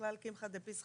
שבכלל קמחא דפסחא,